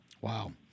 Wow